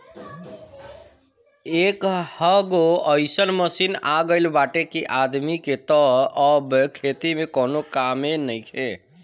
एकहगो अइसन मशीन आ गईल बाटे कि आदमी के तअ अब खेती में कवनो कामे नइखे